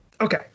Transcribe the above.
Okay